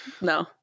No